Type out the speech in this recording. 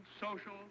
social